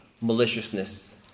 maliciousness